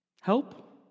Help